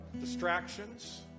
distractions